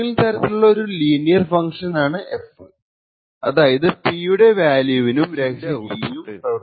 ഏതെങ്കിലും തരത്തിലുള്ള ഒരു ലീനിയർ ഫങ്ക്ഷൻ ആണ് f അതാണ് P യുടെ വാല്യൂവിലും രഹസ്യ കീ K ലും പ്രവർത്തിക്കുന്നത്